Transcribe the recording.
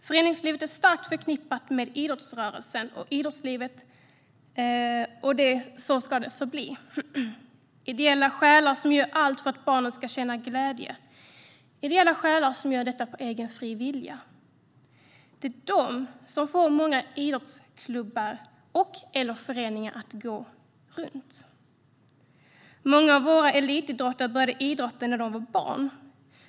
Föreningslivet är starkt förknippat med idrottsrörelsen, och så ska det förbli. Ideella själar gör allt för att barnen ska känna glädje. Ideella själar gör detta av egen fri vilja. Det är de som får många idrottsklubbar eller föreningar att gå runt. Många av våra elitidrottare började idrotta när de var barn.